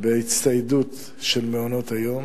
בהצטיידות של מעונות-היום,